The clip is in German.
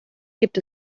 gibt